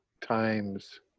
times